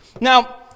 now